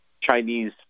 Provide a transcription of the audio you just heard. Chinese